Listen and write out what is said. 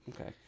Okay